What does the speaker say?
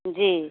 जी